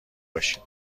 باشید